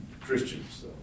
Christians